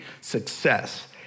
success